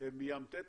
הם מים תטיס.